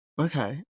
Okay